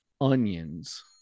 onions